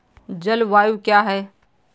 जलवायु क्या है?